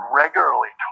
regularly